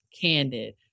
candid